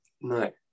No